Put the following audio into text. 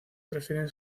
prefieren